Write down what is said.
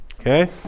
Okay